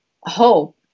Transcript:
hope